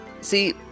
See